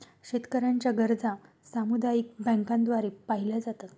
शेतकऱ्यांच्या गरजा सामुदायिक बँकांद्वारे पाहिल्या जातात